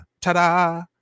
Ta-da